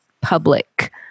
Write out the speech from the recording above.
public